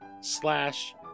slash